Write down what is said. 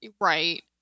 right